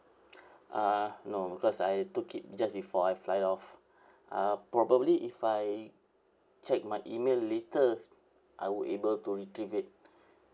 uh no because I took it just before I fly off uh probably if I check my email later I would able to retrieve it